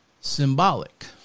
symbolic